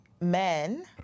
men